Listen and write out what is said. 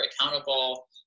accountable